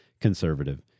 conservative